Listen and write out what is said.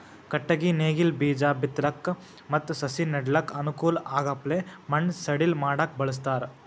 ಕಟ್ಟಗಿ ನೇಗಿಲ್ ಬೀಜಾ ಬಿತ್ತಲಕ್ ಮತ್ತ್ ಸಸಿ ನೆಡಲಕ್ಕ್ ಅನುಕೂಲ್ ಆಗಪ್ಲೆ ಮಣ್ಣ್ ಸಡಿಲ್ ಮಾಡಕ್ಕ್ ಬಳಸ್ತಾರ್